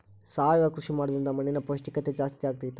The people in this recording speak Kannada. ಸಾವಯವ ಕೃಷಿ ಮಾಡೋದ್ರಿಂದ ಮಣ್ಣಿನ ಪೌಷ್ಠಿಕತೆ ಜಾಸ್ತಿ ಆಗ್ತೈತಾ?